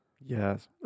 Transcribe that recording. Yes